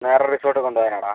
നേരെ റിസോട്ട് കൊണ്ട് പോകാനാണോടാ